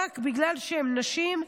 רק בגלל שהן נשים,